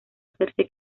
hacerse